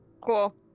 Cool